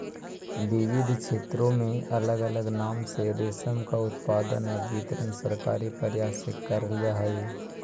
विविध क्षेत्रों में अलग अलग नाम से रेशम का उत्पादन और वितरण सरकारी प्रयास से करल जा हई